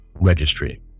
registry